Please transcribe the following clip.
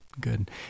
good